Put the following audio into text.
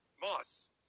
Moss